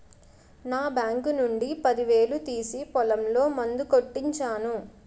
నా బాంకు నుండి పదివేలు తీసి పొలంలో మందు కొట్టించాను